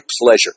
pleasure